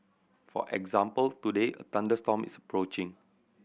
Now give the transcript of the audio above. for example today a thunderstorm is approaching